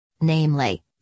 Namely